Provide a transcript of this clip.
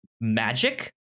magic